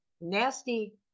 nasty